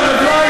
תפסיק,